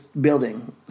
building